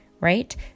right